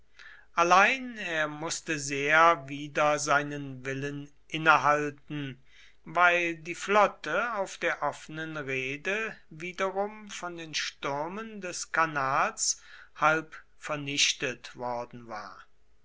allein er mußte sehr wider seinen willen innehalten weil die flotte auf der offenen reede wiederum von den stürmen des kanals halb vernichtet worden war